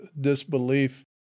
disbelief